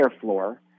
floor